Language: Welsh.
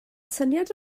syniad